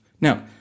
Now